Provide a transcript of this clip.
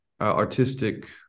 artistic